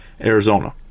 Arizona